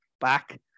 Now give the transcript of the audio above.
back